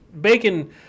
bacon